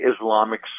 Islamic